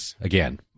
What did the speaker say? again